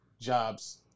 jobs